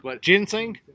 Ginseng